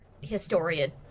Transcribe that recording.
historian